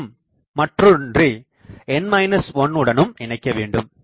உடனும் மற்றொன்றை n 1 உடனும் இணைக்க வேண்டும்